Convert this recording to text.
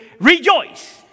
rejoice